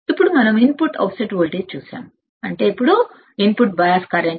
ఇప్పుడు మనం input offset voltage చూశాము అంటే ఇప్పుడు ఇన్పుట్ బయాస్ కరెంట్